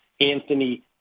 anthony